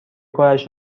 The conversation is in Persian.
کارش